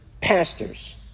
pastors